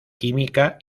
química